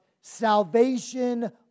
salvation